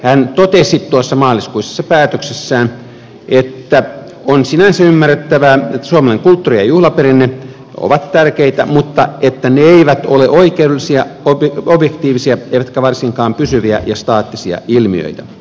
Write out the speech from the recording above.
hän totesi tuossa maaliskuisessa päätöksessään että on sinänsä ymmärrettävää että suomalainen kulttuuri ja juhlaperinne ovat tärkeitä mutta että ne eivät ole oikeudellisia objektiivisia eivätkä varsinkaan pysyviä ja staattisia ilmiöitä